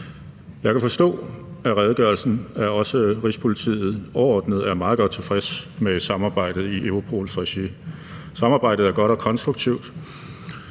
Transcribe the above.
Jeg kan forstå af redegørelsen, at også Rigspolitiet overordnet er meget godt tilfreds med samarbejdet i Europols regi. Samarbejdet er godt og konstruktivt,